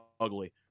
ugly